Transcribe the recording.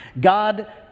God